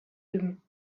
üben